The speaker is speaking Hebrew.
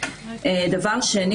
שנית,